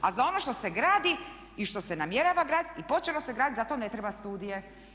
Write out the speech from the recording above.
A za ono što se gradi i što se namjerava graditi i počelo se graditi za to ne treba studije.